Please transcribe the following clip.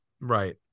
Right